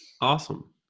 Awesome